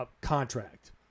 contract